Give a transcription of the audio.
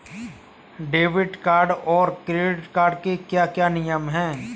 Debit card और credit card के क्या क्या नियम हैं?